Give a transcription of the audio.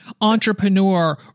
entrepreneur